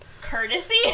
courtesy